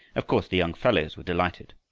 of course, the young fellows were delighted.